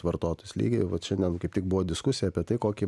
vartotojus lygiai vat šiandien kaip tik buvo diskusija apie tai kokį